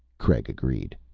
craig agreed.